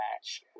match